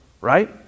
right